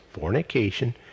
fornication